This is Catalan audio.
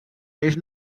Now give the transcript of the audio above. ells